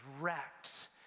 wrecked